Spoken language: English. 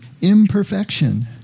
imperfection